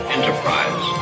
Enterprise